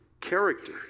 character